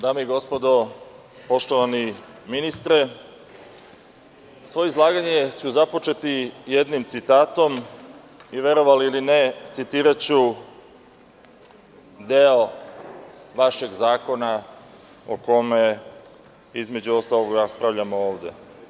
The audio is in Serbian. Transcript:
Dame i gospodo, poštovani ministre, svoje izlaganje ću započeti jednim citatom i, verovali ili ne, citiraću deo vašeg zakona o kome, između ostalog, raspravljamo ovde.